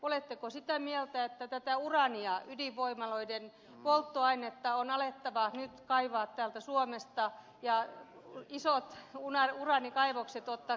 oletteko sitä mieltä että tätä uraania ydinvoimaloiden polttoainetta on alettava nyt kaivaa täältä suomesta ja isot uraanikaivokset täytyy ottaa käytäntöön